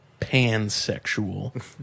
pansexual